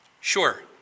Sure